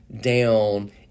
down